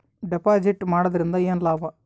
Deposit ಮಾಡುದರಿಂದ ಏನು ಲಾಭ?